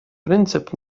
принцип